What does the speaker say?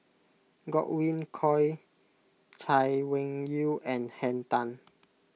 Godwin Koay Chay Weng Yew and Henn Tan